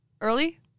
Early